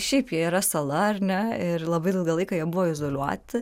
šiaip jie yra sala ar ne ir labai ilgą laiką jie buvo izoliuoti